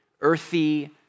earthy